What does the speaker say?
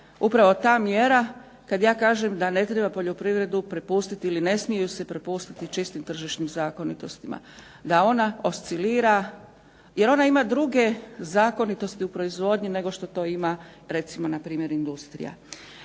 upravo ta mjera kad ja kažem da ne treba poljoprivredu prepustiti ili ne smiju se prepustiti čistim tržišnim zakonitostima, da ona oscilira. Jer ona ima druge zakonitosti u proizvodnji nego što to ima recimo npr. industrija.